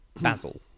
Basil